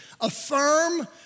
Affirm